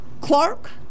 Clark